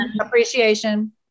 Appreciation